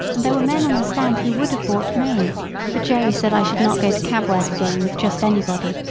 and there were men on the stand who would have bought me but jerry said i should not go to cab work again with just anybody,